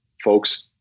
folks